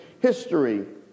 history